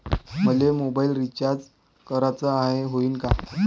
मले mobile recharge कराचा हाय, होईनं का?